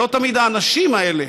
לא תמיד האנשים האלה,